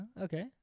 Okay